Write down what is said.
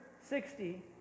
sixty